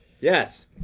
yes